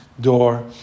door